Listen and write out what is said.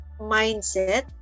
mindset